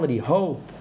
hope